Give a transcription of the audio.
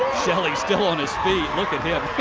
shelly still on his feet. look at him.